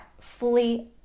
fully